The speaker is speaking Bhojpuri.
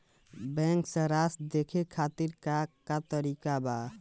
बैंक सराश देखे खातिर का का तरीका बा?